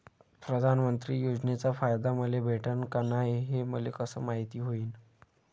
प्रधानमंत्री योजनेचा फायदा मले भेटनं का नाय, हे मले कस मायती होईन?